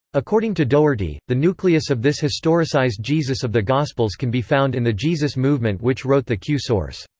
according to doherty, the nucleus of this historicised jesus of the gospels can be found in the jesus-movement which wrote the q source.